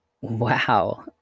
Wow